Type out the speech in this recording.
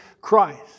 Christ